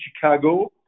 Chicago